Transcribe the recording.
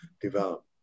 develop